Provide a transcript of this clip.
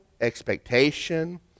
expectation